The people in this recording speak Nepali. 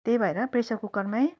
त्यही भएर प्रेसर कुकरमै